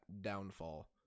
downfall